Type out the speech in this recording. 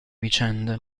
vicende